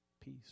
peace